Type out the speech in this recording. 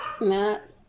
Matt